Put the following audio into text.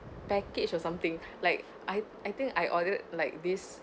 package or something like I I think I ordered like this